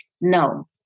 No